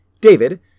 David